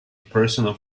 personal